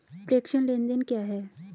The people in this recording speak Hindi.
प्रेषण लेनदेन क्या है?